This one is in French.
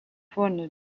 faune